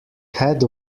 had